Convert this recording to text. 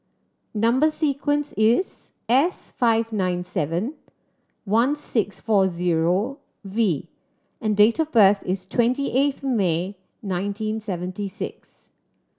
number sequence is S five nine seven one six four zero V and date of birth is twenty eighth May nineteen seventy six